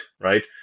right